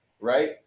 right